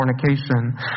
fornication